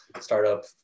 startup